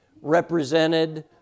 represented